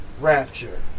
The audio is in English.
rapture